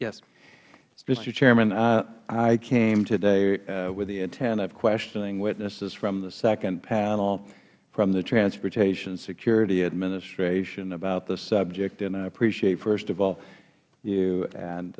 mister chairman i came today with the intent of questioning witnesses from the second panel from the transportation security administration about this subject and i appreciate first of all you and